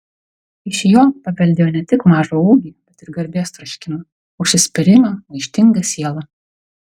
iš jo paveldėjo ne tik mažą ūgį bet ir garbės troškimą užsispyrimą maištingą sielą